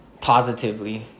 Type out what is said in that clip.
positively